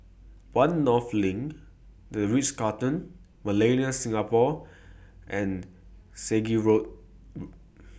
one North LINK The Ritz Carlton Millenia Singapore and Selegie Road